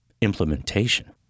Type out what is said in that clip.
implementation